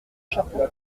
chapeau